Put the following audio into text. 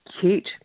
cute